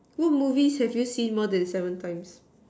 what movies have you seen more than seven times